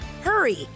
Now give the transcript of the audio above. Hurry